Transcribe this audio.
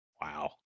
wow